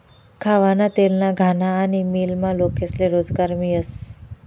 खावाना तेलना घाना आनी मीलमा लोकेस्ले रोजगार मियस